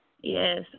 Yes